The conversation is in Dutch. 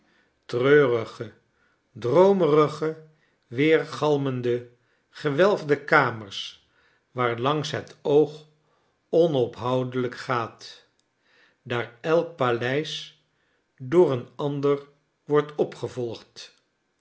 treurige droomerige weergalmende gewelfde kamers waarlangs het oog onophoudelijk gaat daar elk paleis door een ander wordt opgevolgd